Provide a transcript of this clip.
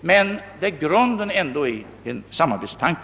men där grunden ändå är en samverkan.